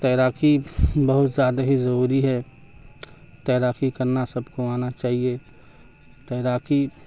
تیراکی بہت زیادہ ہی ضروری ہے تیراکی کرنا سب کو آنا چاہیے تیراکی